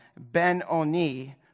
Ben-Oni